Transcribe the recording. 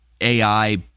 AI